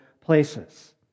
places